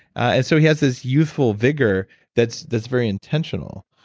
and so he has this youthful vigor that's that's very intentional.